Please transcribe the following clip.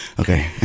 Okay